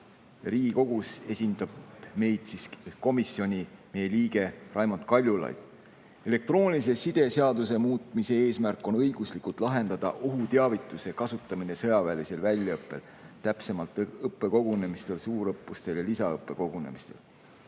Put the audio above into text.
Riigikogus esindab meid komisjoni liige Raimond Kaljulaid. Elektroonilise side seaduse muutmise eesmärk on õiguslikult lahendada ohuteavituse kasutamine sõjaväelisel väljaõppel, täpsemalt õppekogunemistel, suurõppustel ja lisaõppekogunemistel.